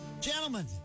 Gentlemen